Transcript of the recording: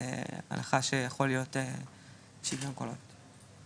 בהנחה שיכול להיות שוויון קולות.